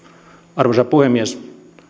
arvoisa puhemies